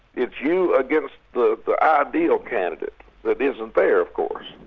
it's you against the the ideal candidate that isn't there, of course.